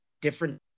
different